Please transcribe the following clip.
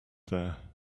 there